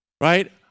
Right